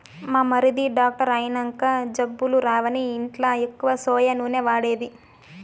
మా మరిది డాక్టర్ అయినంక జబ్బులు రావని ఇంట్ల ఎక్కువ సోయా నూనె వాడేది